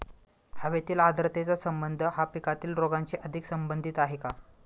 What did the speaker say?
हवेतील आर्द्रतेचा संबंध हा पिकातील रोगांशी अधिक संबंधित आहे का?